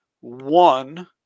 one